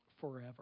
Forever